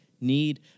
need